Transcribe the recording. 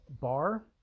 bar